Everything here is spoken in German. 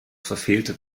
verfehlte